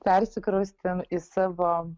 persikraustėm į savo